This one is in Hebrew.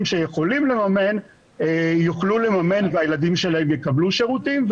שיכולים לממן יוכלו לממן והילדים שלהם יקבלו שירותים,